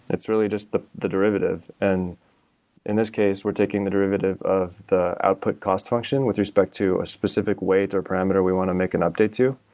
it's really just the the derivative. and in this case, we're taking the derivative of the output cost function with respect to a specific weight or parameter we want to make an update to.